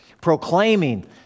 proclaiming